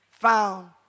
Found